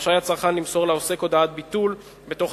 רשאי הצרכן למסור לעוסק הודעת ביטול בתוך